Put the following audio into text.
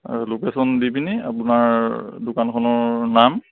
আৰু লোকেচন দি পিনি আপোনাৰ দোকানখনৰ নাম